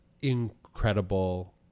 incredible